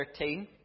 13